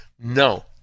No